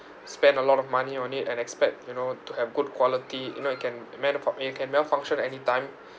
spend a lot of money on it and expect you know to have good quality you know it can where it can malfunction anytime